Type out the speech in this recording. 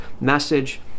message